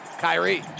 Kyrie